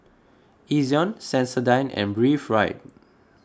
Ezion Sensodyne and Breathe Right